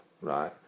right